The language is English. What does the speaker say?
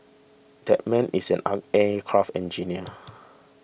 that man is an aircraft engineer